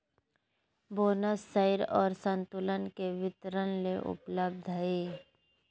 bonus share और संतुलन के वितरण ले उपलब्ध हइ